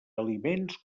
aliments